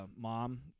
mom